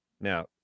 Now